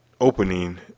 opening